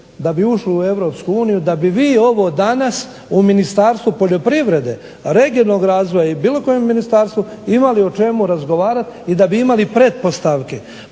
da bi ušli u EU da bi vi ovo danas u Ministarstvu poljoprivrede, regionalnog razvoja i bilo kojem ministarstvu imali o čemu razgovarati i da bi imali pretpostavke.